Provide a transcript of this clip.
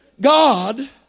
God